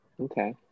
Okay